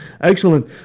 Excellent